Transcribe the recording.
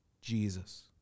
Jesus